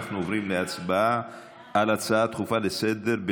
אנחנו עוברים להצבעה על הצעה דחופה לסדר-היום